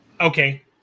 okay